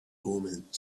omens